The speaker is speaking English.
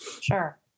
Sure